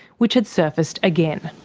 which had surfaced again.